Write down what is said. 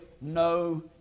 no